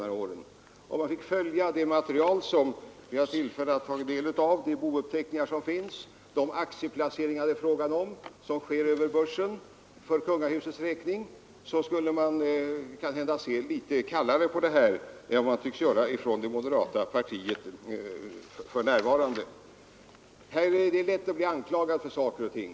Om ledamöterna haft tillfälle att studera det material som vi har tagit del av — bouppteckningar, aktieplaceringar på börsen för kungahusets räkning osv. — skulle kanske moderata samlingspartiets företrädare ha sett litet mera kallt på denna fråga än man nu tycks göra. Det är också lätt att bli anklagad när man sysslar med dessa ting.